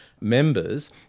members